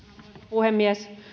puhemies